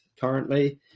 currently